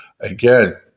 Again